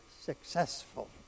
successful